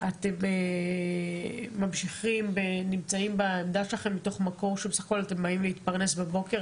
אתם נמצאים בעמדה שלכם מתוך מקום שבסך הכול אתם באים להתפרנס בבוקר.